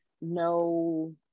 no